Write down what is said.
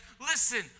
listen